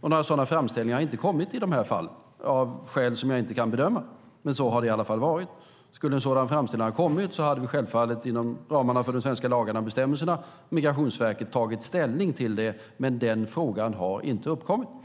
Några sådana framställningar har inte kommit i dessa fall av skäl som jag inte kan bedöma, men så har det i varje fall varit. Skulle en sådan framställan ha kommit skulle självfallet inom ramen för de svenska lagarna och bestämmelserna Migrationsverket ha tagit ställning till det. Men den frågan har inte uppkommit.